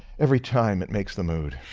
every time it makes the mood.